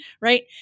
right